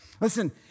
Listen